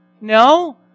No